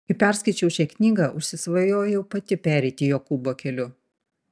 kai perskaičiau šią knygą užsisvajojau pati pereiti jokūbo keliu